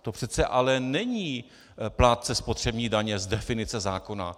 To přece ale není plátce spotřební daně z definice zákona!